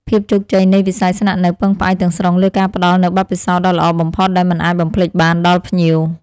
ភាពជោគជ័យនៃវិស័យស្នាក់នៅពឹងផ្អែកទាំងស្រុងលើការផ្តល់នូវបទពិសោធន៍ដ៏ល្អបំផុតដែលមិនអាចបំភ្លេចបានដល់ភ្ញៀវ។